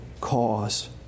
cause